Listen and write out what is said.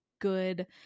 good